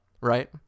right